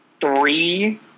three